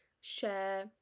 share